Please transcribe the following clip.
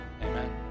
Amen